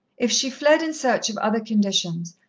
if she fled in search of other conditions,